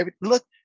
Look